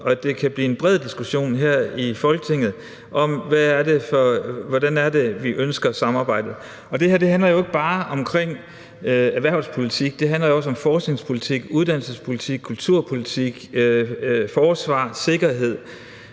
at der kan blive en bred diskussion her i Folketinget om, hvordan vi ønsker samarbejdet skal være. Kl. 19:07 Det her handler jo ikke bare om erhvervspolitik. Det handler jo også om forskningspolitik, uddannelsespolitik, kulturpolitik og forsvar og sikkerhed,